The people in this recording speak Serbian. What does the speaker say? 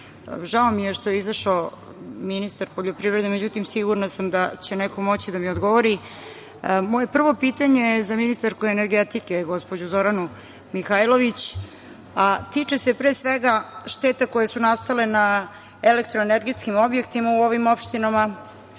mi je što je izašao ministar poljoprivrede, međutim sigurna sam da će neko moći da mi odgovori. Moje prvo pitanje za ministarku energetike gospođu Zoranu Mihajlović tiče se pre svega šteta koje su nastale na elektroenergetskim objektima u ovim opštinama